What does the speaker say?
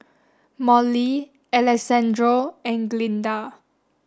Mollie Alexandro and Glynda